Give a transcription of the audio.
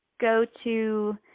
go-to